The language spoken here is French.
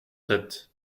sept